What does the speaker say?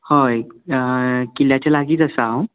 हय किल्ल्याच्या लागींच आसा हांव